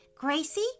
Gracie